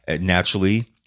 Naturally